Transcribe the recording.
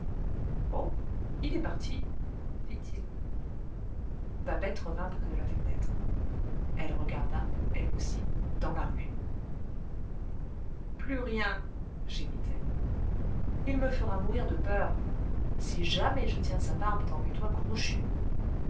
oh il est parti fit-il babette revint près de la fenêtre elle regarda elle aussi dans la rue plus rien gémit-elle il me fera mourir de peur si jamais je tiens sa barbe dans mes doigts crochus